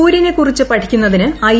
സൂര്യനെക്കുറിച്ച് പഠിക്കുന്നതിന് ഐ